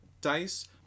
dice